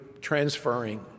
transferring